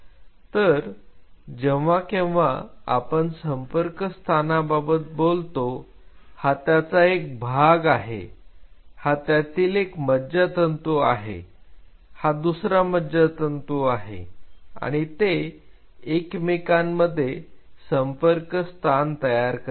तर जेव्हा केव्हा आपण संपर्क स्थानांबाबत बोलतो हा त्याचा एक भाग आहे हा त्यातील एक मज्जातंतू आहे हा दुसरा मज्जातंतू आहे आणि ते एकमेकां मध्ये संपर्क स्थान तयार करतात